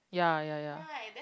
ya ya ya